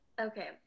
Okay